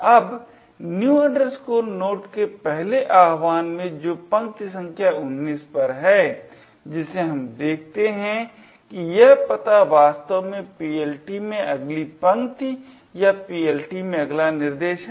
अब new node के पहले आह्वान में जो पंकित संख्या 19 पर है जिसे हम देखते हैं कि यह पता वास्तव में PLT में अगली पंक्ति या PLT में अगला निर्देश है